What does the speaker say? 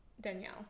danielle